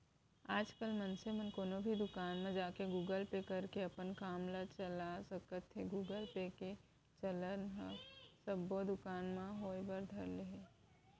आजकल मनसे मन कोनो भी दुकान म जाके गुगल पे करके अपन काम ल चला सकत हें गुगल पे के चलन ह सब्बो दुकान म होय बर धर ले हे